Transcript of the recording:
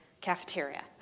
cafeteria